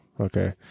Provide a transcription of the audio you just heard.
okay